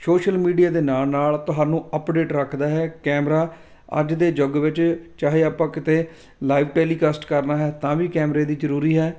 social media ਦੇ ਨਾਲ ਨਾਲ ਤੁਹਾਨੂੰ ਅਪਡੇਟ ਰੱਖਦਾ ਹੈ ਕੈਮਰਾ ਅੱਜ ਦੇ ਯੁੱਗ ਵਿੱਚ ਚਾਹੇ ਆਪਾਂ ਕਿਤੇ ਲਾਈਵ ਟੈਲੀਕਾਸਟ ਕਰਨਾ ਹੈ ਤਾਂ ਵੀ ਕੈਮਰੇ ਦੀ ਜ਼ਰੂਰੀ ਹੈ